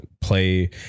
play